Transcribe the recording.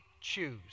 choose